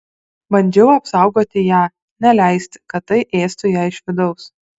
bandžiau apsaugoti ją neleisti kad tai ėstų ją iš vidaus